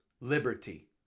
liberty